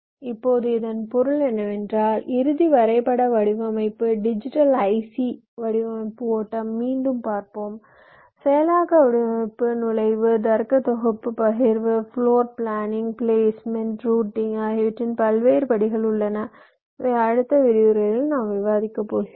இப்போது இதன் பொருள் என்னவென்றால் இறுதி வரைபட வடிவமைப்பு டிஜிட்டல் ஐசி வடிவமைப்பு ஓட்டம் மீண்டும் பார்ப்போம் செயலாக்க வடிவமைப்பு நுழைவு தர்க்க தொகுப்பு பகிர்வு ப்ளோர் பிளானிங் பிளேஸ்மெண்ட் ரூட்டிங் ஆகியவற்றின் பல்வேறு படிகள் உள்ளன இவை அடுத்த விரிவுரைகளில் நாம் விவாதிக்கப் போகிறோம்